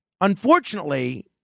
Unfortunately